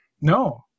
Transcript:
no